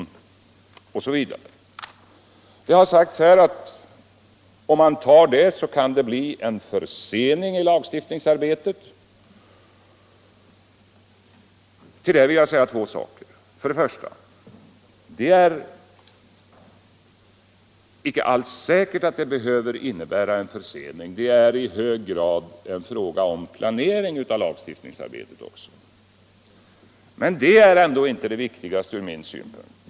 Man har sagt att det kan bli en försening i lagstiftningsarbetet, om man väljer vårt förslag. Som svar på det vill jag säga ett par saker. Det är inte alls säkert att det behöver innebära en försening, för det är också i hög grad en fråga om planering av lagstiftningsarbetet. Men från min synpunkt är detta inte det viktigaste.